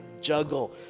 juggle